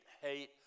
hate